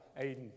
Aiden